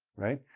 right?